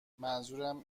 منظورم